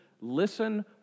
listen